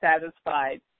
satisfied